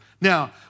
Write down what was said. Now